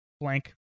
blank